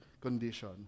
condition